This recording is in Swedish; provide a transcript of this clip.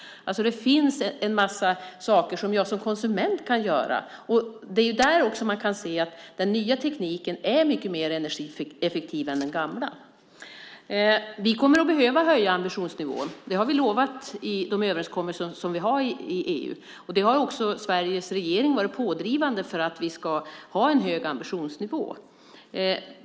Det finns alltså en massa saker som jag som konsument kan göra. Det är också där som man kan se att den nya tekniken är mycket mer energieffektiv än den gamla. Vi kommer att behöva höja ambitionsnivån. Det har vi lovat i de överenskommelser som vi har gjort i EU. Sveriges regering har också varit pådrivande för att vi ska ha en hög ambitionsnivå.